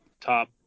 top